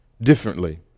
differently